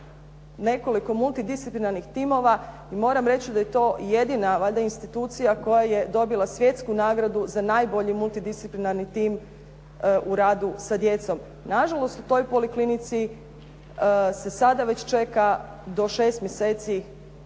nekoliko multidisciplinarnih timova i moram reći da je to jedina valjda institucija koja je dobila svjetsku nagradu za najbolji multidisciplinarni tim u radu sa djecom. Nažalost, u toj poliklinici se sada već čeka do šest mjeseci